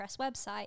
website